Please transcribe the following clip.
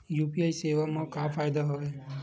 UPI सेवा मा का फ़ायदा हवे?